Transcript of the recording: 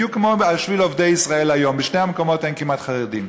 בדיוק כמו בשביל עובדי "ישראל היום"; בשני המקומות אין כמעט חרדים,